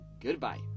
goodbye